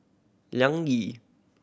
Liang Yi